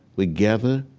would gather